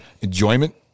Enjoyment